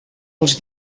els